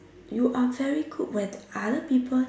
you are very good when other people